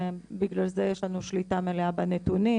בגלל זה יש לנו שליטה מלאה בנתונים,